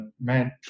man